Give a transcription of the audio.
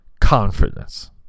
confidence